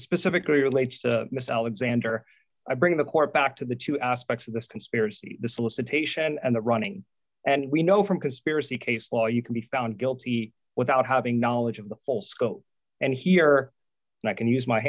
specifically relates to mr alexander i bring the court back to the two aspects of this conspiracy the solicitation and the running and we know from conspiracy case law you can be found guilty without having knowledge of the full scope and hear and i can use my